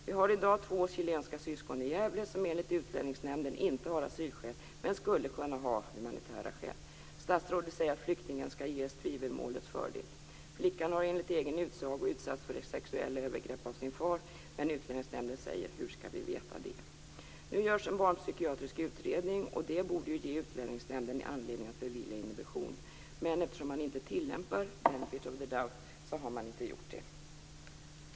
Det finns i dag två chilenska syskon i Gävle som enligt Utlänningsnämnden inte har asylskäl men som skulle kunna ha humanitära skäl. Statsrådet säger att flyktingen skall ges tvivelmålets fördel. Flickan har enligt egen utsago utsatts för sexuella övergrepp av sin far. Men Utlänningsnämnden säger: Hur skall vi veta det? Nu görs en barnpsykiatrisk utredning. Det borde ge Utlänningsnämnden anledning att bevilja inhibition. Men eftersom man inte tillämpar the benefit of the doubt har man inte gjort det.